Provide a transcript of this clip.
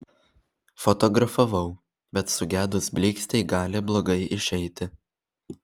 fotografavau bet sugedus blykstei gali blogai išeiti